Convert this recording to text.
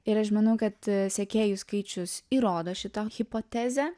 ir aš manau kad sekėjų skaičius įrodo šitą hipotezę